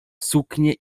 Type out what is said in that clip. suknie